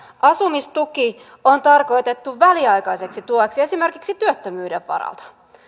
asumistuki on tarkoitettu väliaikaiseksi tueksi esimerkiksi työttömyyden varalta